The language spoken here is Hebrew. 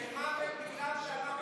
הצבאי.